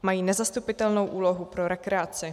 Mají nezastupitelnou úlohu pro rekreaci.